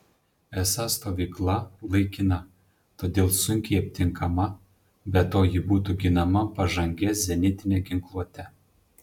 esą stovykla laikina todėl sunkiai aptinkama be to ji būtų ginama pažangia zenitine ginkluote